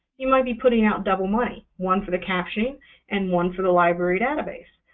you might be putting out double money one for the captioning and one for the library database.